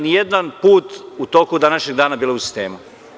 Niste nijedan put u toku današnjeg dana bili u sistemu.